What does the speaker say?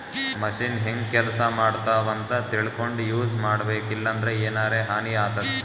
machine ಹೆಂಗ್ ಕೆಲಸ ಮಾಡ್ತಾವ್ ಅಂತ್ ತಿಳ್ಕೊಂಡ್ ಯೂಸ್ ಮಾಡ್ಬೇಕ್ ಇಲ್ಲಂದ್ರ ಎನರೆ ಹಾನಿ ಆತದ್